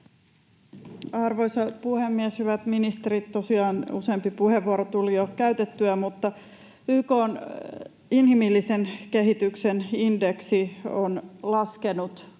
Arvoisa puhemies! Hyvät ministerit! Tosiaan useampi puheenvuoro tuli jo käytettyä, mutta YK:n inhimillisen kehityksen indeksi on laskenut